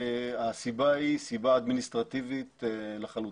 הסיבה היא סיבה אדמיניסטרטיבית לחלוטין.